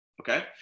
okay